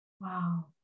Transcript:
wow